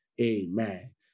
Amen